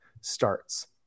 starts